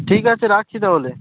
ঠিক আছে রাখছি তাহলে